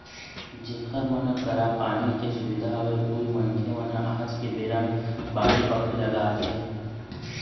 जेखर मन करा पानी के सुबिधा हवय उही मनखे मन ह आज के बेरा म बाड़ी बखरी लगाथे